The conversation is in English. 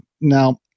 Now